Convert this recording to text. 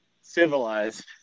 civilized